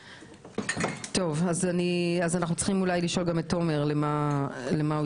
אנחנו צריכים לשאול גם את תומר למה הוא